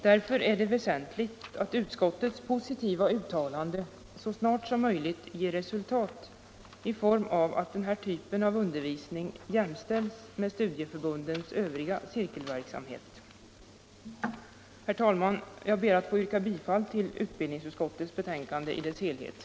Därför är det väsentligt att Onsdagen den utskottets positiva uttalande så snart som möjligt ger resultat i form 19 mars 1975 av att denna typ av undervisning jämställs med studieförbundens övriga = cirkelverksamhet. Anslag till vuxenut Herr talman! Jag ber att få yrka bifall till utbildningsutskottets hem = bildning